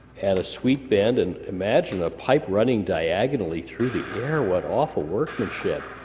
add a sweep bend, and imagine a pipe running diagonally through the air what awful workmanship,